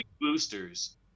boosters